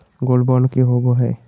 Gold bond की होबो है?